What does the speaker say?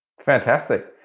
Fantastic